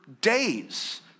days